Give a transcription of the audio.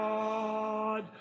God